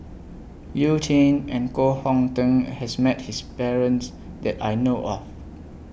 YOU Jin and Koh Hong Teng has Met His Parents that I know of